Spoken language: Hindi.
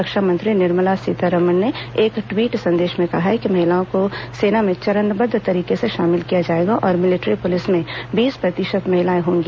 रक्षा मंत्री निर्मला सीतारमण ने एक टवीट संदेश में कहा है कि महिलाओं को सेना में चरणबद्ध तरीके से शामिल किया जाएगा और मिलिट्री पुलिस में बीस प्रतिशत महिलाएं होंगी